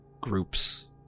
groups